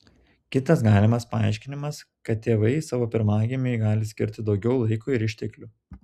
kitas galima paaiškinimas kad tėvai savo pirmagimiui gali skirti daugiau laiko ir išteklių